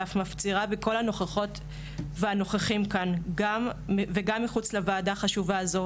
ואף מפצירה בכל הנוכחות והנוכחים כאן וגם מחוץ לוועדה החשובה הזו,